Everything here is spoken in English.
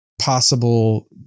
possible